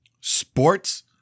Sports